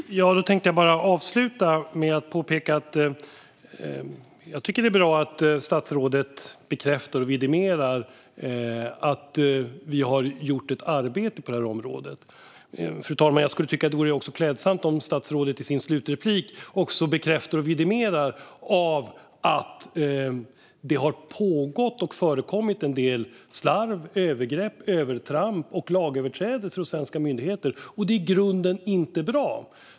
Fru talman! Jag tänkte bara avsluta med att påpeka följande. Jag tycker att det är bra att statsrådet bekräftar och vidimerar att vi har gjort ett arbete på det här området. Jag skulle också tycka att det var klädsamt, fru talman, om statsrådet i sitt sista inlägg bekräftade och vidimerade att det har förekommit en del slarv, övergrepp, övertramp och lagöverträdelser hos svenska myndigheter och att det i grunden inte är bra.